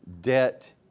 debt